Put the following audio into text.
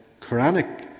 Quranic